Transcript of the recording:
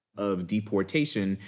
of deportation,